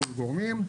מול גורמים.